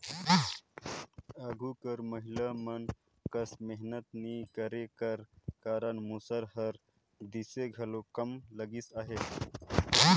आघु कर महिला मन कस मेहनत नी करे कर कारन मूसर हर दिखे घलो कम लगिस अहे